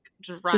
drive